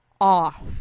off